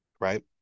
right